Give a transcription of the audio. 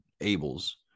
Abel's